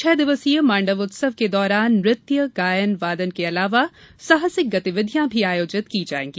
छह दिवसीय माण्डव उत्सव के दौरान नत्य गायन वादन के अलावा साहसिक गतिविधियां भी आयोजित की जायेंगी